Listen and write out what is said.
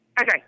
Okay